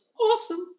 awesome